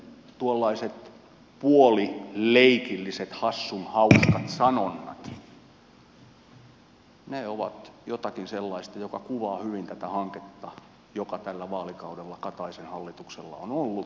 mutta sitten tuollaiset puolileikilliset hassunhauskat sanonnat ne ovat jotakin sellaista joka kuvaa hyvin tätä hanketta joka tällä vaalikaudella kataisen hallituksella on ollut